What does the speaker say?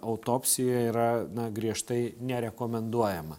autopsija yra na griežtai nerekomenduojama